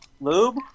Lube